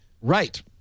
right